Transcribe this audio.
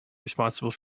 responsible